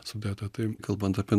sudėta tai kalbant apie